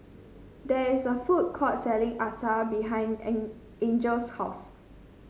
there is a food court selling acar behind Angel's house